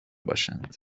باشند